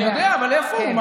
אני יודע, אבל איפה הוא?